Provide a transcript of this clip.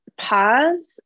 Pause